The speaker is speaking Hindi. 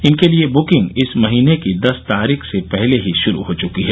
इनके लिये बुकिंग इस महीने की दस तारीख से पहले ही शुरू हो चुकी है